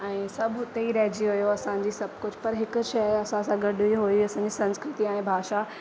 ऐं सभु हुते ई रहिजी वियो असांजी सभु कुझु पर हिकु शइ असां सां गॾु ई हुई असांजी संस्कृति ऐं भाषा